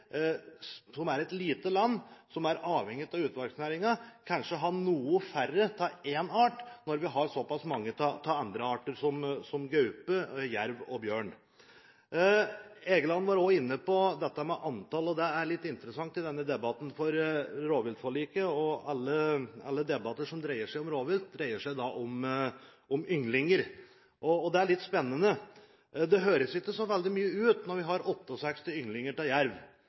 som er et lite land som er avhengig av utmarksnæringer, ha noen færre av en art, når vi har såpass mange av andre arter som gaupe, jerv og bjørn. Egeland var også inne på antall, og det er litt interessant i denne debatten. Rovviltforliket og alle debatter som dreier seg om rovvilt, dreier seg om ynglinger. Det er litt spennende. Det høres ikke så veldig mye ut at vi har 68 ynglinger av jerv.